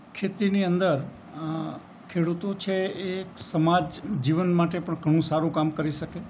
ખેતીની અંદર ખેડૂતો છે એક સમાજ જીવન માટે પણ ઘણું સારું કામ કરી શકે